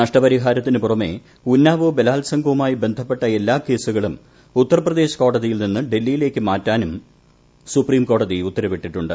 നഷ്ടപരിഹാരത്തിന് പുറമെ ഉന്നാവോ ബലാൽസംഗവുമായി ബന്ധപ്പെട്ട എല്ലാ കേസുകളും ഉത്തർപ്രദേശ് കോടതിയിൽ നിന്ന് ഡൽഹിയിലേക്ക് മാറ്റാനും സുപ്രീംകോടതി ഉത്തരവിട്ടിട്ടുണ്ട്